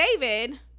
David